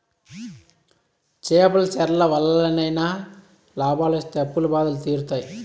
చేపల చెర్ల వల్లనైనా లాభాలొస్తి అప్పుల బాధలు తీరుతాయి